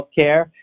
healthcare